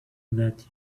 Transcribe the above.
that